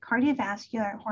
cardiovascular